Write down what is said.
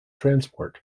transport